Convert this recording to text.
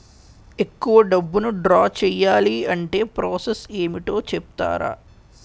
ఎక్కువ డబ్బును ద్రా చేయాలి అంటే ప్రాస సస్ ఏమిటో చెప్తారా?